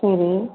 சரி